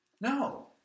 No